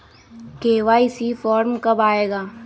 KYC form कब आए गा?